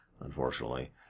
unfortunately